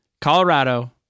Colorado